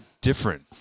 different